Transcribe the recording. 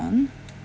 on